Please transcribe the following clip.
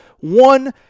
One